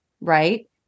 right